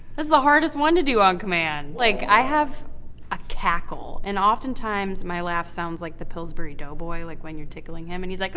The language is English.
that's the hardest one to do on command. like i have a cackle. and oftentimes my laugh sounds like the pillsbury doughboy, like when you're tickling him and he's like